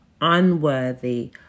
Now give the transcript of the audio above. unworthy